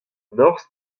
norzh